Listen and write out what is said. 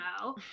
no